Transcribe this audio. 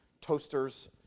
toasters